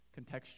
contextual